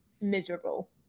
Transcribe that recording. miserable